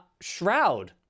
Shroud